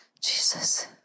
Jesus